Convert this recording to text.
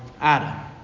Adam